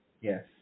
Yes